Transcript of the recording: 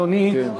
אדוני,